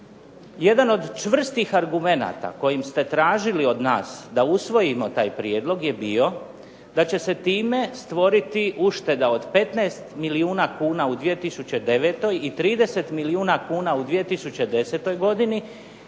Jedan od čvrstih argumenata kojim ste tražili od nas da usvojimo taj prijedlog je bio da će se time stvoriti ušteda od 15 milijuna kuna u 2009. i 30 milijuna kuna u 2010. godini